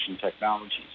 technologies